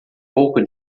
pouco